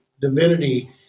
divinity